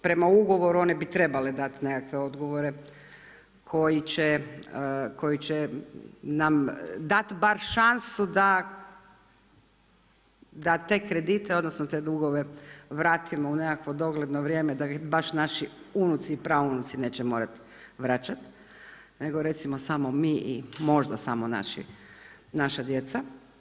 Prema ugovoru one bi trebale dati nekakve odgovore koji će nam dati bar šansu da te kredite odnosno te dugove vratimo u nekakvo dogledno vrijeme da ih baš naši unuci i praunuci neće morati vraćati nego recimo samo mi i možda samo naša djeca.